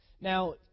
Now